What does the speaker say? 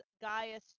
Gaius